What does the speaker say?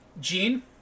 Gene